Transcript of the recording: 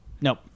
Nope